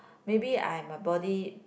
maybe I am a body